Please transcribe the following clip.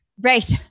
Right